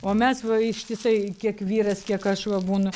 o mes va ištisai kiek vyras kiek aš va būnu